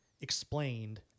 explained